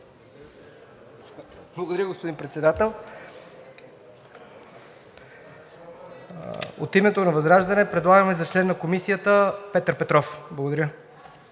Благодаря, господин Председател. От името на ВЪЗРАЖДАНЕ предлагаме за член на Комисията Петър Петров. Благодаря.